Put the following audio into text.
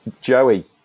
Joey